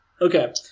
okay